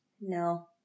No